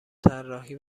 طراحی